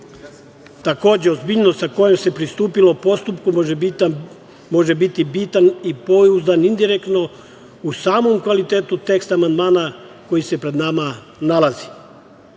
Takođe, ozbiljnost sa kojom se pristupilo postupku može biti bitan i pouzdan indirektno u samom kvalitetu teksta amandmana koji se pred nama nalazi.